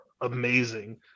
amazing